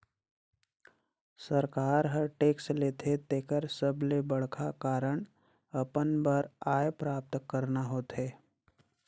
सरकार हर टेक्स लेथे तेकर सबले बड़खा कारन अपन बर आय प्राप्त करना होथे